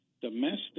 domestic